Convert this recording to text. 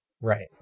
Right